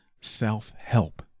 self-help